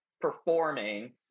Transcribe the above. performing